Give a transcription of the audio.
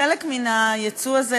חלק מהיצוא הזה,